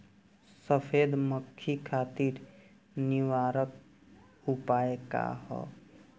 सफेद मक्खी खातिर निवारक उपाय का ह?